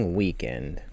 weekend